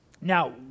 Now